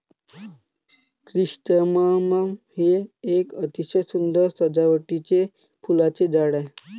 chrysanthemum हे एक अतिशय सुंदर सजावटीचे फुलांचे झाड आहे